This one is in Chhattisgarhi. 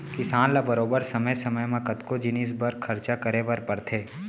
किसान ल बरोबर समे समे म कतको जिनिस बर खरचा करे बर परथे